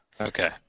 Okay